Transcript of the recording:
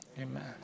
Amen